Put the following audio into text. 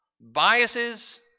biases